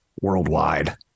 worldwide